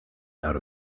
out